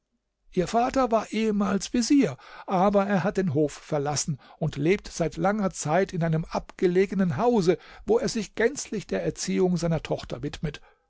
ihr vater war ehemals vezier aber er hat den hof verlassen und lebt seit langer zeit in einem abgelegenen hause wo er sich gänzlich der erziehung seiner tochter